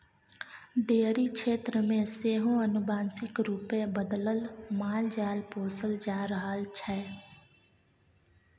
dairy क्षेत्र मे सेहो आनुवांशिक रूपे बदलल मालजाल पोसल जा रहल छै